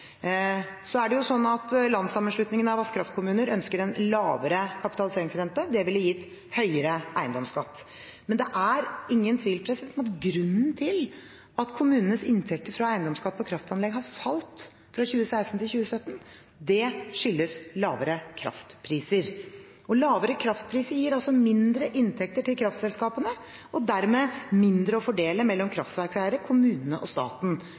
av Vasskraftkommunar ønsker en lavere kapitaliseringsrente. Det ville gitt høyere eiendomsskatt. Men det er ingen tvil om at grunnen til at kommunenes inntekter fra eiendomsskatt på kraftanlegg har falt fra 2016 til 2017, er lavere kraftpriser. Lavere kraftpriser gir altså mindre inntekter til kraftselskapene – og dermed mindre å fordele mellom kraftverkseiere, kommunene og staten.